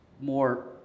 more